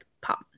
pop